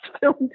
filmed